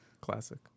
Classic